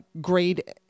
grade